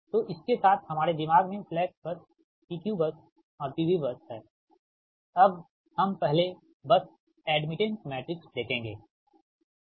तो इसके साथ हमारे दिमाग में slack bus P Q bus और P V बस है अब हम पहले बस एड्मिटेंस मैट्रिक्स देखेंगे ठीक है